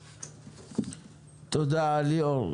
תודה, ליאור.